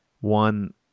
one